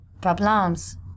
problems